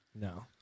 No